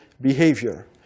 behavior